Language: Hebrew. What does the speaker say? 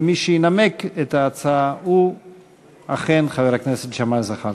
ומי שינמק את ההצעה הוא אכן חבר הכנסת ג'מאל זחאלקה.